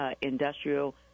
Industrial